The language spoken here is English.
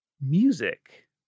music